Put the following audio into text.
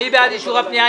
מי בעד אישור הפנייה?